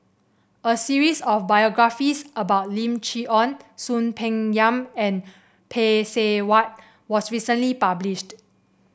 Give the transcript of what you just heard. a series of biographies about Lim Chee Onn Soon Peng Yam and Phay Seng Whatt was recently published